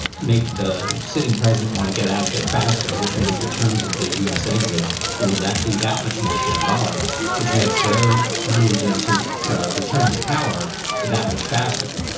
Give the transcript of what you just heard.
make the sitting president want to get out of there faster which means the terms of the u s. exit will that be that much more shambolic which makes their move into return to power that much faster.